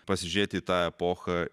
pasižiūrėti tą epochą